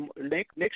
next